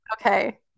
Okay